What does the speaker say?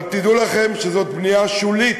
אבל תדעו לכם שזאת בנייה שולית,